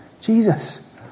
Jesus